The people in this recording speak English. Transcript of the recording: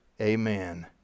Amen